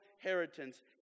inheritance